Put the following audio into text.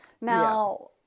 Now